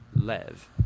lev